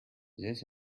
this